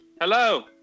hello